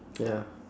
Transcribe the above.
ya